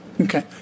Okay